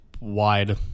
wide